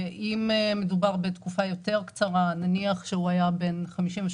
אם מדובר בתקופה יותר קצרה נניח שהוא היה בן 53,